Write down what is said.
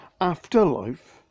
Afterlife